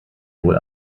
wohl